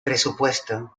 presupuesto